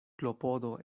klopodo